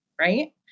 right